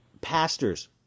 pastors